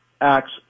acts